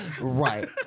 Right